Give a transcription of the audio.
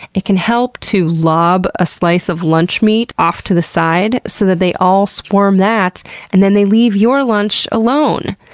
it can help to lob a slice of lunch meat off to the side so that they all swarm that and then they leave your lunch alone.